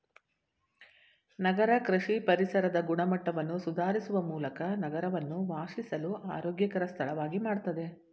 ನಗರ ಕೃಷಿ ಪರಿಸರದ ಗುಣಮಟ್ಟವನ್ನು ಸುಧಾರಿಸುವ ಮೂಲಕ ನಗರವನ್ನು ವಾಸಿಸಲು ಆರೋಗ್ಯಕರ ಸ್ಥಳವಾಗಿ ಮಾಡ್ತದೆ